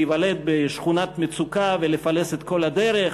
להיוולד בשכונת מצוקה ולפלס את כל הדרך,